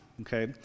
okay